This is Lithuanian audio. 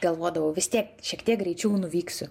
galvodavau vis tiek šiek tiek greičiau nuvyksiu